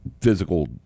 physical